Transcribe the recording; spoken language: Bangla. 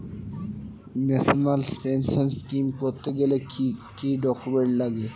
ন্যাশনাল পেনশন স্কিম করতে গেলে কি কি ডকুমেন্ট লাগে?